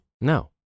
No